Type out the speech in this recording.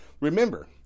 Remember